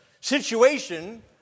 situation